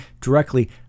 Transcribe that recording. directly